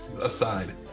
aside